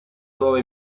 nuova